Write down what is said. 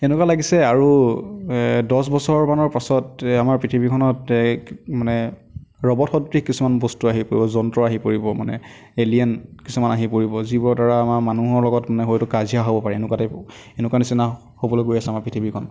এনেকুৱা লাগিছে আৰু এ দহ বছৰমানৰ পাছত আমাৰ পৃথিৱীখনত মানে ৰবট সদৃশ কিছুমান বস্তু আহি পৰিব যন্ত্ৰ আহি পৰিব মানে এলিয়েন কিছুমান আহি পৰিব যিবোৰৰ দ্বাৰা আমাৰ মানুহৰ লগত হয়তো কাজিয়া হ'ব পাৰে এনেকুৱা টাইপ এনেকুৱা নিচিনা হ'বলৈ গৈ আছে আমাৰ পৃথিৱীখন